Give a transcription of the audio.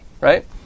right